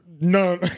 No